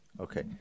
Okay